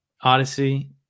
odyssey